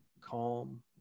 calm